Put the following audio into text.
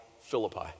Philippi